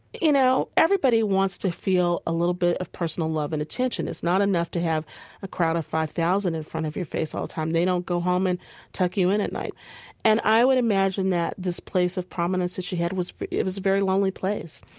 you know, everybody wants to feel a little bit of personal love and attention. it's not enough to have a crowd of five thousand in front of your face all the time. they don't go home and tuck you in at night and i would imagine that this place of prominence that she had was it was a very lonely place.